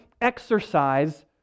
exercise